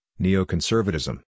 neoconservatism